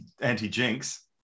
anti-jinx